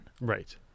Right